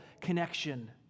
connection